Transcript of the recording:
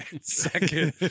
second